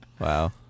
Wow